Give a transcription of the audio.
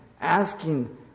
asking